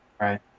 right